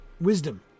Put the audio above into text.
wisdom